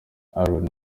aaron